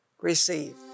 receive